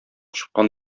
чыккан